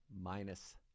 minus